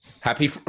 Happy